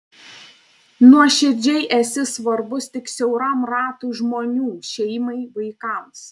nuoširdžiai esi svarbus tik siauram ratui žmonių šeimai vaikams